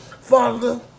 Father